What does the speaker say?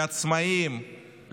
לעצמאים,